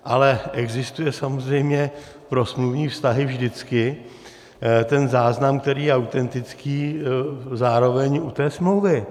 Ale existuje samozřejmě pro smluvní vztahy vždycky ten záznam, který je autentický, zároveň u té smlouvy.